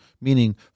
Meaning